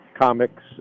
Comics